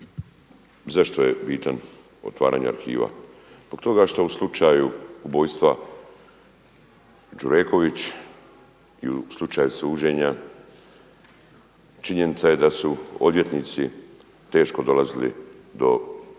zašto je bitan otvaranje arhiva? Zbog toga što su slučaju ubojstva Đureković i u slučaju suđenja činjenica je da su odvjetnici teško dolazili do arhiva,